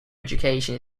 education